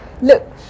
Look